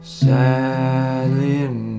silent